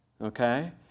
Okay